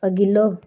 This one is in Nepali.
अघिल्लो